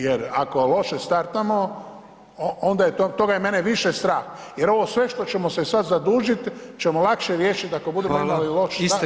Jer ako loše startamo onda je to, toga je mene više strah, jer ovo sve što ćemo se sad zadužiti ćemo lakše riješiti ako budemo imali [[Upadica: Hvala, isteklo je vrijeme.]] dobar start.